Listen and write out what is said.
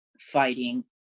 fighting